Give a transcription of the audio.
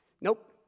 Nope